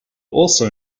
also